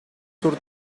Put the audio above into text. tour